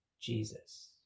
Jesus